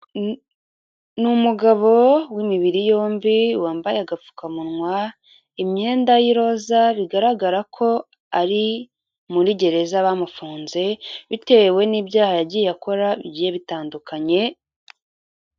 Ni umugabo w'imibiri yombi wambaye agapfukamunwa, imyenda y'iroza bigaragara ko ari muri gereza bamufunze bitewe n'ibyaha yagiye akora bigiye bitandukanye.